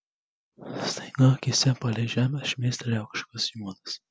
staiga akyse palei žemę šmėstelėjo kažkas juodas